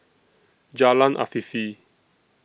Jalan Afifi